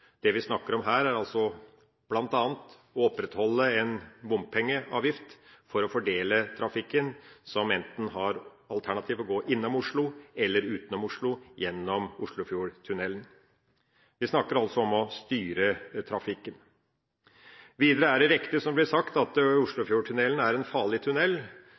Det vi snakker om, er bl.a. å opprettholde en bompengeavgift for å fordele trafikken som har alternativene enten å gå innom Oslo eller utenom Oslo gjennom Oslofjordtunnelen. Vi snakker altså om å styre trafikken. Videre er det riktig som det blir sagt, at Oslofjordtunnelen er en farlig